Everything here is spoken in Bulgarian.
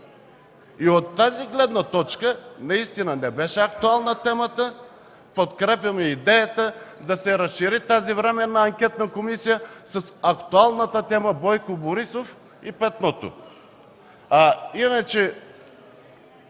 От тази гледна точка, наистина не беше актуална темата. Подкрепяме идеята да се разшири тази временна анкетна комисия с актуалната тема „Бойко Борисов и Петното”.